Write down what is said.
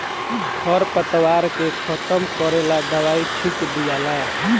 खर पतवार के खत्म करेला दवाई छिट दियाला